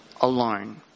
alone